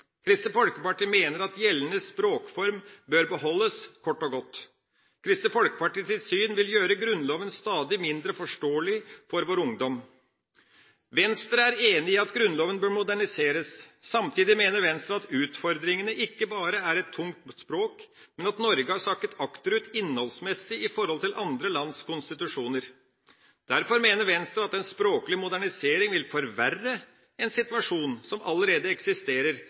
Kristelig Folkeparti mener at gjeldende språkform bør beholdes, kort og godt. Kristelig Folkepartis syn vil gjøre Grunnloven stadig mindre forståelig for vår ungdom. Venstre er enig i at Grunnloven bør moderniseres. Samtidig mener Venstre at utfordringene ikke bare er et tungt språk, men at Norge har sakket akterut innholdsmessig i forhold til andre lands konstitusjoner. Derfor mener Venstre at en språklig modernisering vil forverre en situasjon som allerede eksisterer: